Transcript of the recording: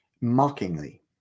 mockingly